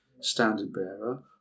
standard-bearer